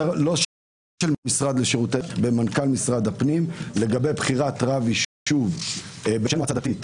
זה מופיע בחוזר מנכ"ל משרד הפנים לגבי בחירת רב יישוב של מועצה דתית,